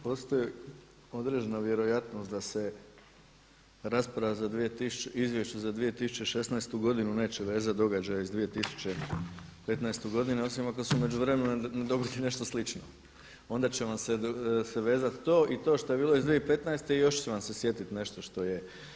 Postoji određena vjerojatnost da se rasprava, izvješće za 2016. godinu neće vezati događaje iz 2015. godine osim ako se u međuvremenu ne dogodi nešto slično, onda će vam se vezati to i to što je bilo iz 2015. i još ću vam se sjetit nešto što je.